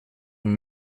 und